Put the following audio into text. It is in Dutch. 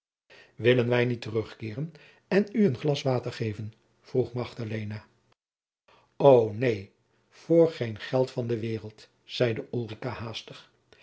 willen wij niet terugkeeren en u een glas water geven vroeg magdalena o neen voor geen geld van de waereld